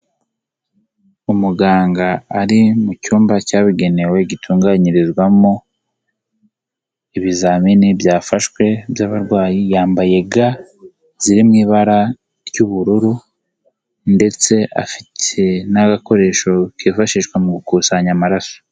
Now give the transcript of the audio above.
Umuganga ari mu cyumba cyabugenewe, gitunganyirizwamo, ibizamini byafashwe by'abarwayi, yambaye ga ziri mu ibara ry'ubururu ndetse afite n'agakoresho kifashishwa mu gukusanya amaraso.